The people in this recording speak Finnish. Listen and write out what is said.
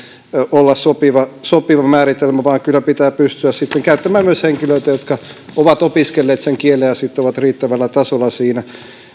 olla sopiva sopiva määritelmä vaan kyllä pitää pystyä käyttämään myös henkilöitä jotka ovat opiskelleet sen kielen ja ovat riittävällä tasolla siinä